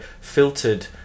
filtered